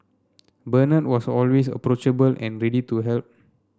Bernard was always approachable and ready to help